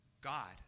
God